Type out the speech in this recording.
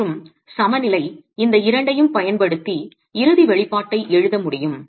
மற்றும் சமநிலை இந்த இரண்டையும் பயன்படுத்தி இறுதி வெளிப்பாட்டை எழுத முடியும்